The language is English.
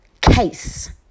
case